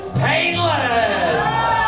painless